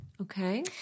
Okay